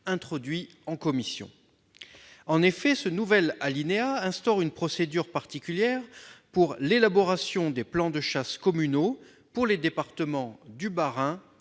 introduit en commission. Celui-ci tend à instaurer une procédure particulière pour l'élaboration des plans de chasse communaux pour les départements du Bas-Rhin,